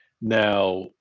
Now